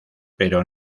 pero